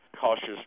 cautious